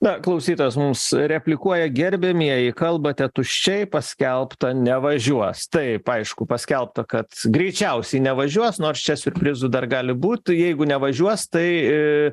na klausytojas mums replikuoja gerbiamieji kalbate tuščiai paskelbta nevažiuos taip aišku paskelbta kad greičiausiai nevažiuos nors čia siurprizų dar gali būt jeigu nevažiuos tai